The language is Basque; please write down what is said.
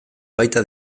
baita